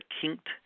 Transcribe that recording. kinked